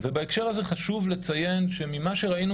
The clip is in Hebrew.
בהקשר הזה חשוב לציין שממה שראינו,